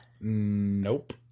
Nope